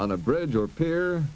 on a bridge or pier